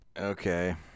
okay